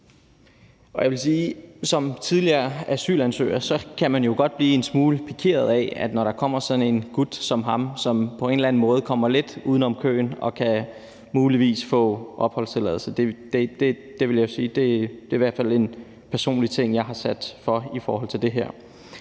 som tidligere asylansøger kan man jo godt blive en smule pikeret, når der kommer sådan en gut som ham, som på en eller anden måde kommer lidt uden om køen og muligvis får opholdstilladelse. Det vil jeg sige i hvert fald er en personlig ting, jeg har i forhold til det her.